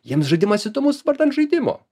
jiems žaidimas įdomus vardan žaidimo